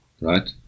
Right